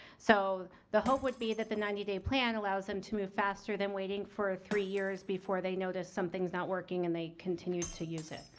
so, the hope would be that the ninety day plan allows them to move faster than waiting for three years before they notice something's not working and they continue to use it.